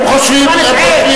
בעזה.